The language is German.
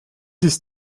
ist